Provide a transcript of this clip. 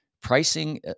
Pricing